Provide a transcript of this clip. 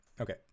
Okay